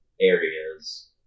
areas